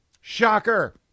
Shocker